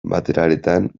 materialetan